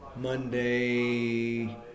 Monday